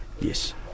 Yes